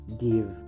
give